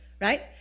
Right